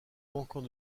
manquant